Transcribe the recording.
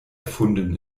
erfunden